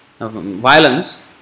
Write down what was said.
violence